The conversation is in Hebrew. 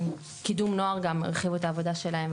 קידום נוער גם הרחיבו את העבודה שלהם,